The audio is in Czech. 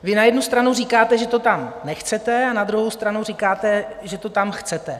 Vy na jednu stranu říkáte, že to tam nechcete, na druhou stranu říkáte, že to tam chcete.